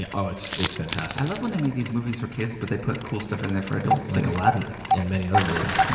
yeah oh, it's it's fantastic. i love when they made these movies for kids but they put cool stuff in there for adults, too. like aladdin and many other movies.